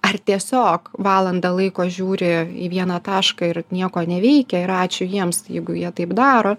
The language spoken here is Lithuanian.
ar tiesiog valandą laiko žiūri į vieną tašką ir nieko neveikia ir ačiū jiems jeigu jie taip daro